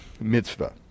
mitzvah